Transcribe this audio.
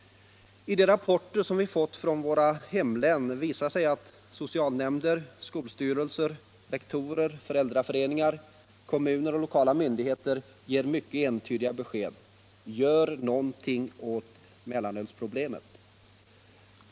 I de rapporter som vi fått från våra hemlän visar det sig att socialnämnder, skolstyrelser, rektorer, föräldraföreningar, kommuner och lokala myndigheter gett mycket entydiga besked: Gör någonting åt våra mellanölsproblem!